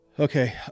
Okay